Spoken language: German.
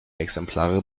exemplare